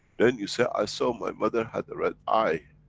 then you say, i saw my mother had a red eye.